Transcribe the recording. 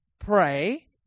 pray